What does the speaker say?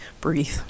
breathe